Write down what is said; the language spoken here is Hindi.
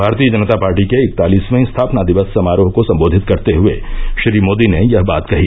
भारतीय जनता पार्टी के इकतालीसवें स्थापना दिवस समारोह को संबोधित करते हुए श्री मोदी ने यह बात कही